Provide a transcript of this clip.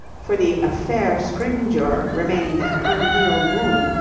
for the affaire scrymgeour remained an un-healed wound,